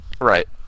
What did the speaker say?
Right